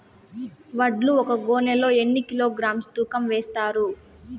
వడ్లు ఒక గోనె లో ఎన్ని కిలోగ్రామ్స్ తూకం వేస్తారు?